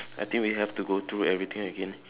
I think we have to go through everything again